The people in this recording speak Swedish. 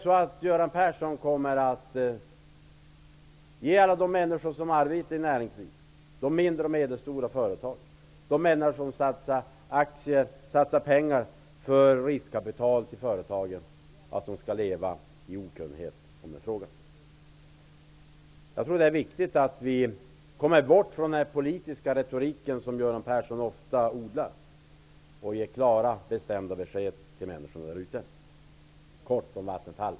Eller vill Göran Persson att alla de människor som är ute i näringslivet, de mindre och medelstora företagen och de som satsar pengar i riskkapital till företagen skall leva i okunnighet om svaret på den här frågan? Jag tror att det är viktigt att vi kommer ifrån den politiska retorik som Göran Persson ofta odlar. Vi skall i stället ge klara, bestämda besked till människorna där ute.